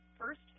first